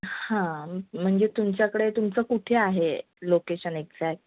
हां म्हणजे तुमच्याकडे तुमचं कुठे आहे लोकेशन एक्झॅक्ट